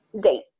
date